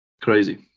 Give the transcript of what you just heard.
crazy